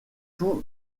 tous